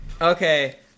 Okay